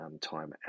time